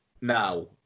now